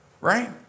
right